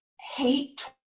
hate